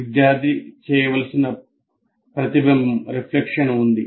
విద్యార్థి చేయవలసిన ప్రతిబింబం ఉంది